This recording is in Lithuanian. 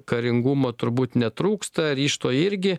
karingumo turbūt netrūksta ryžto irgi